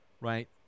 right